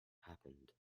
happened